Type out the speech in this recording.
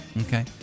Okay